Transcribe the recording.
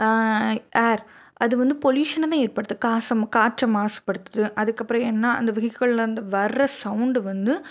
ஏர் அது வந்து பொல்யூஷனைதான் ஏற்படுத்து காசு காற்று மாசுப்படுத்துது அதுக்கப்புறம் என்ன அந்த வெஹிகள்லேருந்து வர்ற சவுண்டு வந்து